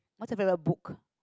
what's your favourite book